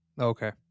okay